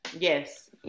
yes